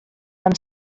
mewn